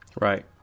Right